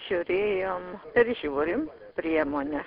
žiūrėjom ir žiūrim priemones